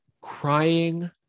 crying